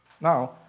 Now